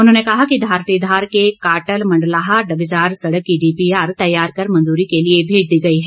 उन्होंने कहा कि धारटीधार के काटल मण्डलाह डगजार सड़क की डीपीआर तैयार कर मंजूरी के लिए भेज दी गई है